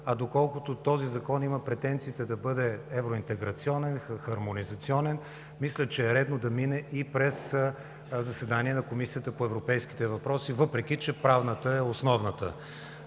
а доколкото този Закон има претенциите да бъде евроинтеграционен, хармонизационен, мисля, че е редно да мине и през заседание на Комисията по европейските въпроси, въпреки че Правната е основната.